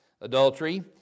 Adultery